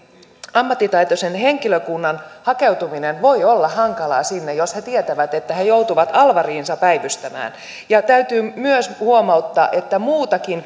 ammattitaitoisen henkilökunnan hakeutuminen sinne voi olla hankalaa jos he tietävät että he joutuvat alvariinsa päivystämään täytyy myös huomauttaa että muutakin